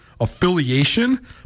affiliation